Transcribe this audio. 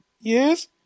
Yes